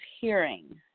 hearing